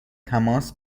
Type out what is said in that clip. تماس